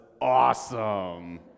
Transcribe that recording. awesome